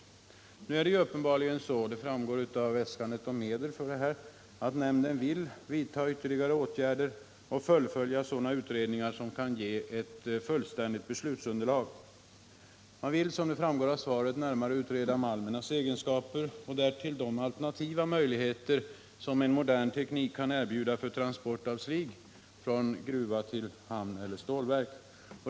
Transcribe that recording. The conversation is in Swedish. utredning av Nu är det uppenbarligen så — det framgår av äskandet om medel för — Kaunisvaaraprodet här — att nämnden vill vidta ytterligare åtgärder och fullfölja sådana = jektet utredningar som kan ge ett fullständigt beslutsunderlag. Man vill, som det framgår av svaret, närmare utreda malmernas egenskaper och därtill de alternativa möjligheter som en modern teknik kan erbjuda för transport av slig fråg gruva till hamn eller stålverk.